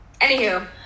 Anywho